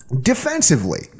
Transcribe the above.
Defensively